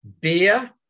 beer